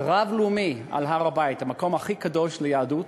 רב-לאומי על הר-הבית, המקום הכי קדוש ליהדות,